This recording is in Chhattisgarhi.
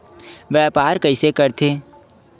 व्यापार कइसे करथे?